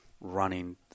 running